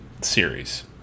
series